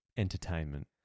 Entertainment